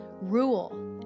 rule